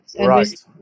Right